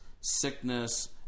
sickness